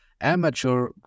amateur